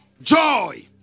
Joy